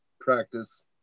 practice